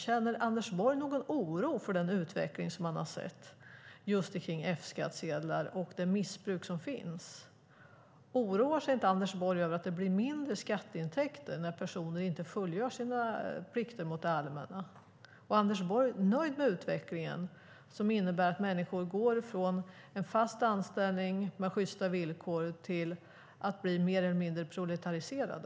Känner Anders Borg någon oro för den utveckling som han har sett kring F-skattsedlar och det missbruk som finns? Oroar sig inte Anders Borg över att det blir mindre skatteintäkter när personer inte fullgör sina plikter mot det allmänna? Är Anders Borg nöjd med utvecklingen som innebär att människor går från en fast anställning med sjysta villkor till att bli mer eller mindre proletariserade?